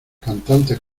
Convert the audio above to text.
cantantes